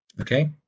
Okay